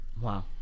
Wow